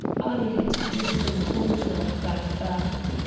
i had just informed her of that fact.